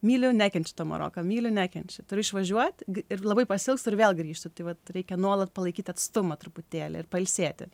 myliu nekenčiu to maroką myliu nekenčiu turiu išvažiuot ir labai pasiilgstu ir vėl grįžtu tai vat reikia nuolat palaikyt tą atstumą truputėlį ir pailsėti